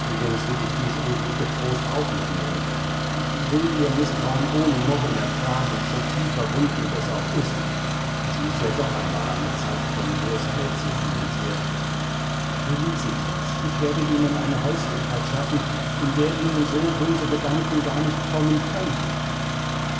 will ich dies unglück getrost auf mich nehmen ich will ihr mißtrauen ohne murren ertragen so tief verwundend es auch ist es muß ja doch einmal eine zeit kommen wo es hell zwischen uns wird felicitas ich werde ihnen eine häuslichkeit schaffen in der ihnen so böse gedanken gar nicht kommen können